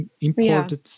imported